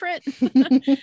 different